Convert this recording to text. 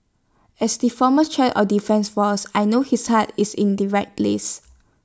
as the former chief of defence force I know his heart is in the right place